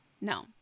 no